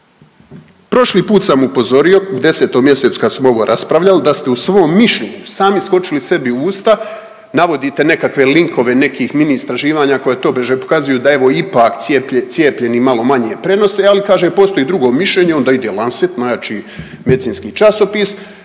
Prošli put sam upozorio, u 10. mjesecu kad smo ovo raspravljali da ste u svom mišljenju sami skočili sebi u usta, navodite nekakve linkove nekih mini istraživanja koja tobože pokazuju da evo ipak cijepljeni malo manje prenose, ali kaže postoji drugo mišljenje, onda ide Lancet najjači medicinski časopis